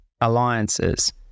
alliances